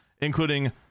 including